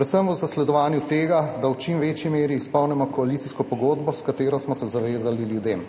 predvsem v zasledovanju tega, da v čim večji meri izpolnimo koalicijsko pogodbo, s katero smo se zavezali ljudem.